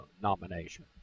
nomination